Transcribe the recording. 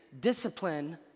Discipline